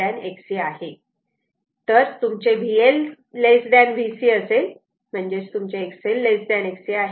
समजा जर तुमचे VL VC असेल तर तुमचे XL Xc आहे